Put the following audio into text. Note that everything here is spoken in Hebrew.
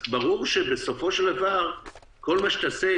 ברור שבסופו של דבר כל מה שתעשה,